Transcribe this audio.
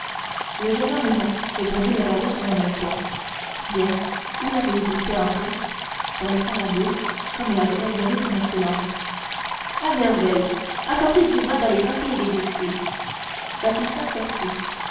le jeune homme est là répondit le valet de chambre sur le même ton bien où l'avez-vous fait entrer dans le salon bleu comme l'avait ordonné son excellence à merveille apportez du vin d'alicante et des biscuits baptistin sortit